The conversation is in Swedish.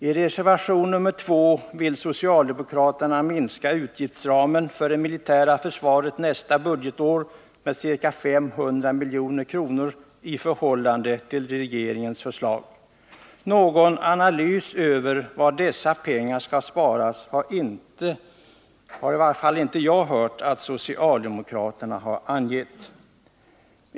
I reservation nr 2 vill socialdemokraterna minska utgiftsramen för det militära försvaret nästa budgetår med ca 500 milj.kr. i förhållande till regeringens förslag. Någon analys över var dessa pengar skall sparas har jag inte hört att socialdemokraterna angett.